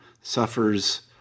suffers